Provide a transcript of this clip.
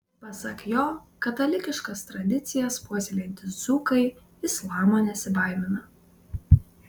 pasak jo katalikiškas tradicijas puoselėjantys dzūkai islamo nesibaimina